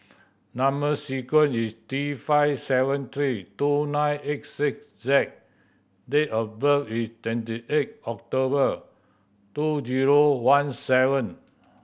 number sequence is T five seven three two nine eight six Z date of birth is twenty eight October two zero one seven